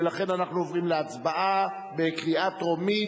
ולכן אנחנו עוברים להצבעה בקריאה טרומית,